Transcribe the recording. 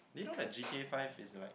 you know that G_T_A five is like